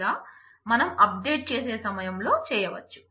లేదా మనం update చేసే సమయంలో చేయ్యవచ్చు